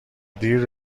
دیر